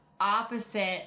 opposite